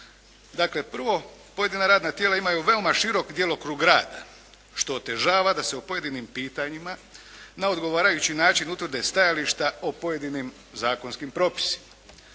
Dakle prvo pojedina radna tijela imaju veoma širok djelokrug rada što otežava da se o pojedinim pitanjima na odgovarajući način utvrde stajališta o pojedinim zakonskim propisima.